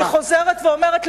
אני חוזרת ואומרת,